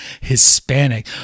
Hispanic